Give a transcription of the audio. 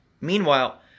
Meanwhile